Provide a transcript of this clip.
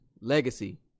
Legacy